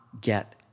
get